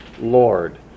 Lord